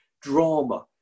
drama